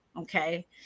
Okay